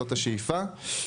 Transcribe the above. זאת השאיפה.